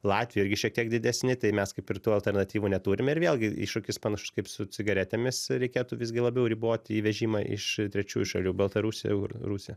latvijoj irgi šiek tiek didesni tai mes kaip ir tų alternatyvų neturim ir vėlgi iššūkis panašus kaip su cigaretėmis reikėtų visgi labiau riboti įvežimą iš trečiųjų šalių baltarusija rusija